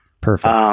Perfect